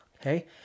Okay